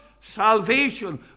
salvation